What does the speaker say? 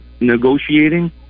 negotiating